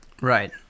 right